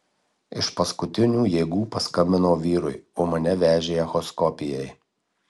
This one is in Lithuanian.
iš paskutinių jėgų paskambinau vyrui o mane vežė echoskopijai